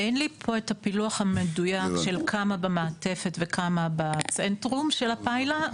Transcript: אין לי פה את הפילוח המדויק של כמה במעטפת וכמה בצנטרום של הפיילה,